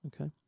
Okay